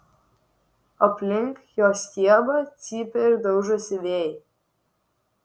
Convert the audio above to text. aplink jo stiebą cypia ir daužosi vėjai